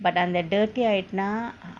but அந்த:andtha dirty ஆகிட்டுனா:akituna